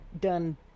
done